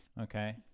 okay